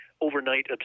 overnight